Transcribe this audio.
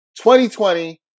2020